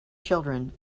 children